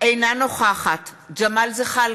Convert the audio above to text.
אינה נוכחת ג'מאל זחאלקה,